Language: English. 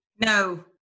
No